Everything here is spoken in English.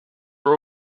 are